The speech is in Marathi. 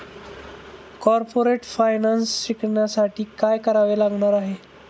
कॉर्पोरेट फायनान्स शिकण्यासाठी काय करावे लागणार आहे?